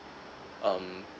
um